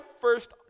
first